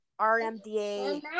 rmda